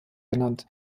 benannt